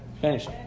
finish